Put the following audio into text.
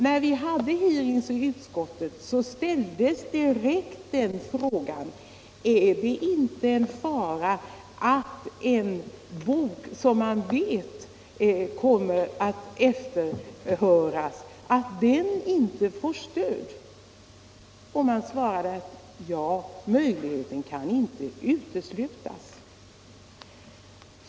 När vi hade en hearing i utskottet ställdes direkt frågan: Är det inte en fara att en bok som man vet kommer att efterfrågas inte får stöd? Och man svarade: Ja, möjligheten kan inte uteslutas.